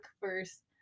first